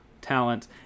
talent